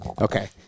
Okay